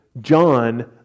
John